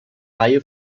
reihe